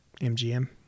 MGM